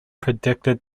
predicted